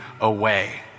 away